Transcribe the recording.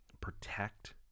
protect